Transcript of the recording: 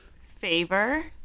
Favor